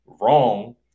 wrong